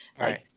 right